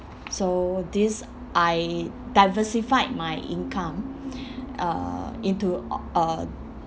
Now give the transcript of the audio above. so this I diversified my income uh into uh